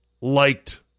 liked